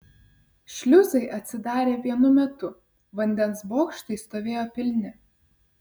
šliuzai atsidarė vienu metu vandens bokštai stovėjo pilni